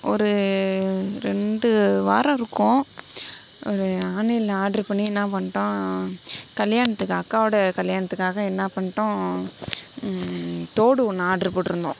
ஒரு ரெண்டு வாரம் இருக்கும் அது ஆன்லைனில் ஆர்டரு பண்ணி என்னா பண்ணிட்டோம் கல்யாணத்துக்கு அக்காவோடய கல்யாணத்துக்காக என்ன பண்ணிட்டோம் தோடு ஒன்று ஆர்டர் போட்டிருந்தோம்